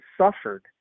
suffered